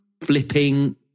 flipping